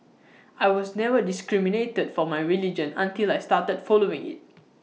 I was never discriminated for my religion until I started following IT